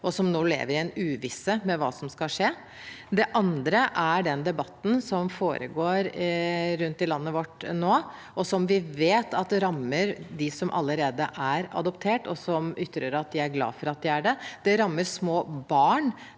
og som nå lever i uvisse om hva som skal skje. Det andre er den debatten som foregår rundt om i landet vårt nå, og som vi vet rammer dem som allerede er adoptert, og som ytrer at de er glad for at de er det. Det rammer små barn.